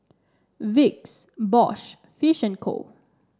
Vicks Bosch Fish and Co